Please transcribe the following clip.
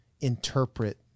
interpret